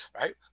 right